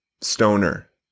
stoner